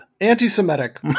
Anti-Semitic